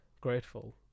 grateful